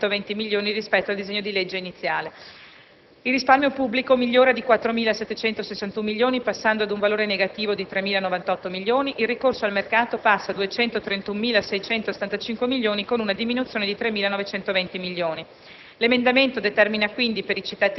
con un miglioramento di circa 3.920 milioni rispetto al disegno di legge iniziale; il risparmio pubblico migliora di 4.761 milioni, passando ad un valore negativo di 3.098 milioni; il ricorso al mercato passa a 231.675 milioni, con una diminuzione di 3.920 milioni.